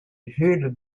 jules